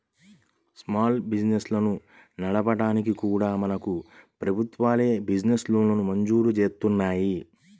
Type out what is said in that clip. small బిజినెస్లను నడపడానికి కూడా మనకు ప్రభుత్వాలే బిజినెస్ లోన్లను మంజూరు జేత్తన్నాయి